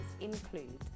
include